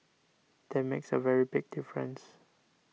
that makes a very big difference